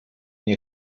nie